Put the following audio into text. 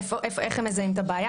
איך הם מזהים את הבעיה?